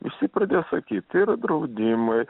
visi pradės sakyt yra draudimai